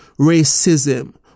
racism